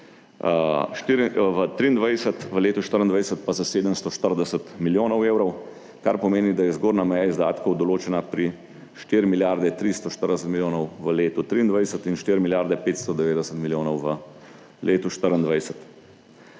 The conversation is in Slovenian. v letu 24 pa za 740 milijonov evrov, kar pomeni, da je zgornja meja izdatkov določena pri 4 milijarde 340 milijonov v letu 23 in 4 milijarde 590 milijonov v letu 24.